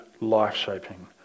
life-shaping